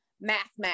mathematics